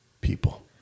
people